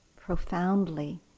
profoundly